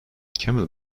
camel